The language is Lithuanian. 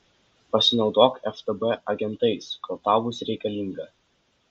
pasinaudok ftb agentais kol tau bus reikalinga